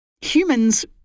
Humans